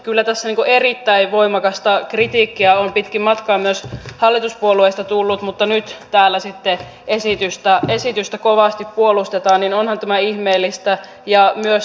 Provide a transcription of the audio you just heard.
kyllä kun tässä erittäin voimakasta kritiikkiä on pitkin matkaa myös hallituspuolueista tullut mutta nyt täällä sitten esitystä kovasti puolustetaan niin onhan tämä ihmeellistä